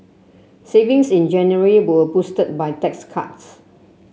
savings in January were boosted by tax cuts